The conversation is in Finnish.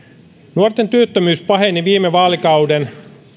nuorten työttömyys paheni viime vaalikauden